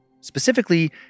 Specifically